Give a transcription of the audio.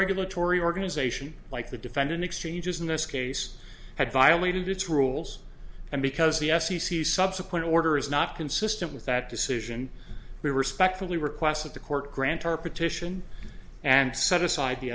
regulatory organization like the defendant exchanges in this case had violated its rules and because the f c c subsequent order is not consistent with that decision we respectfully request that the court grant our petition and set aside the